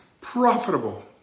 profitable